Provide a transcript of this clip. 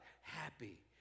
happy